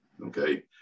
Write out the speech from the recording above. okay